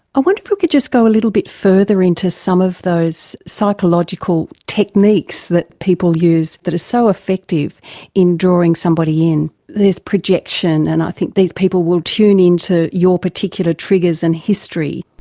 i wonder if we could just go a little bit further into some of those psychological techniques that people use that are so effective in drawing somebody in. there's projection, and i think these people will tune in to your particular triggers and history.